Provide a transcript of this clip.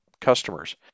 customers